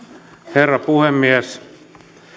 herra puhemies